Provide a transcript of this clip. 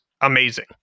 amazing